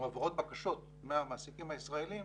מועברות בקשות מהמעסיקים הישראלים